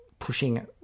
Pushing